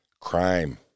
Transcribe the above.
Crime